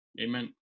Amen